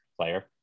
player